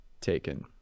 taken